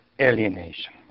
Alienation